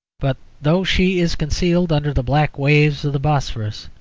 but though she is concealed under the black waves of the bosphorus,